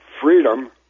Freedom